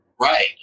Right